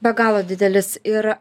be galo didelis ir